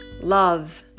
Love